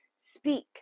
Speak